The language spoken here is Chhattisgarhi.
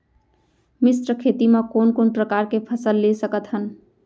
मिश्र खेती मा कोन कोन प्रकार के फसल ले सकत हन?